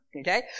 Okay